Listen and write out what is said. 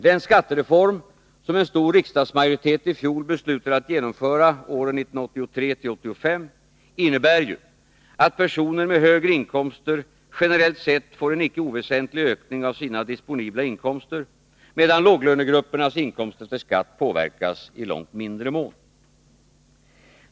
Den skattereform som en stor riksdagsmajoritet i fjol beslutade att genomföra åren 1983-1985 innebär ju att personer med högre inkomster generellt sett får en icke oväsentlig ökning av sina disponibla inkomster, medan låglönegruppernas inkomst efter skatt påverkas i långt mindre mån.